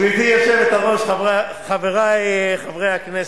גברתי היושבת-ראש, חברי חברי הכנסת,